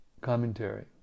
Commentary